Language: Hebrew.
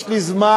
מיקי יש לי זמן.